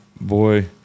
boy